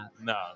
No